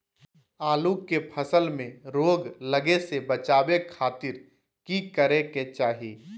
आलू के फसल में रोग लगे से बचावे खातिर की करे के चाही?